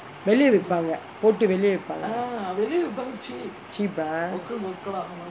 வெளியே விப்பாங்கே போட்டு வெளியே விப்பாங்கே:veliyae vippangae pottu veliyae vippangae cheap ah